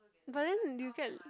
but then you get